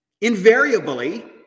invariably